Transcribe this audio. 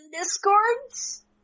Discords